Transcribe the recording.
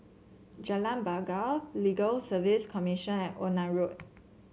Jalan Bangau Legal Service Commission and Onan Road